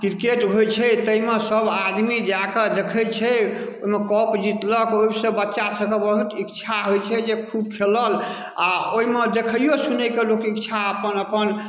cricket होइ छै ताहिमे सब आदमी जाकऽ देखै छै ओहिमे कप जीतलक ओहिसँ बच्चा सभके बहुत इच्छा होइ छै जे खूब खेलल आ ओहिमे देखियौ सुनय के लोककेँ इक्छा अपन अपन